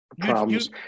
problems